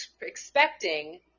expecting